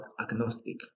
agnostic